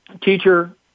Teacher